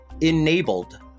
enabled